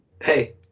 hey